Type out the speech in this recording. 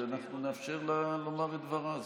ואנחנו נאפשר לה לומר את דברה,